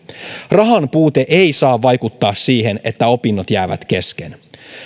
rahanpuute ei saa vaikuttaa siihen että opinnot jäävät kesken